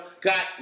got